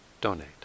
donate